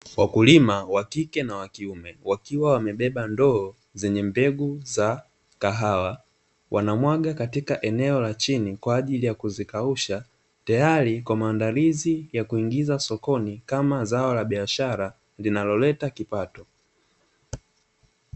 Wakulima wa kike na wa kiume wakiwa wamebeba ndoo zenye mbegu za kahawa wanamwaga katika eneo la chini kwa ajili ya kuzikausha, tayari kwa maandalizi ya kuingiza sokoni kama zao la biashara linaloleta kipato.